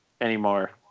anymore